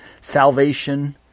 salvation